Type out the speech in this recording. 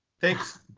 Thanks